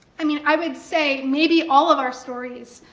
i mean, i would say, maybe all of our stories,